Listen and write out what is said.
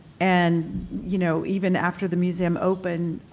and you know even after the museum opened,